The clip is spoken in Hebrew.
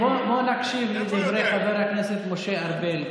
מאיפה הוא יודע את זה?